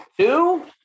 Two